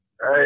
Hey